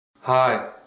hi